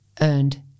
earned